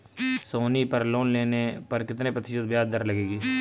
सोनी पर लोन लेने पर कितने प्रतिशत ब्याज दर लगेगी?